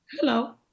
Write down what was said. hello